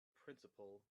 principle